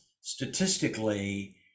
statistically